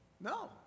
no